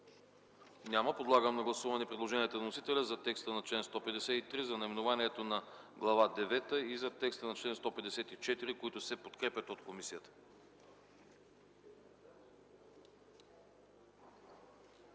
Няма. Подлагам на гласуване предложенията на вносителя за текста на чл. 153, за наименованието на Глава девета и за текста на чл. 154 , подкрепени от комисията.